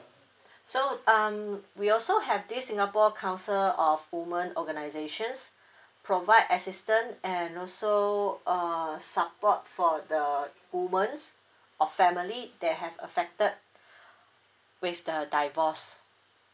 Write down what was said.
so um we also have this singapore council of woman organisations provide assistant and also err support for the woman or family that have affected with the divorce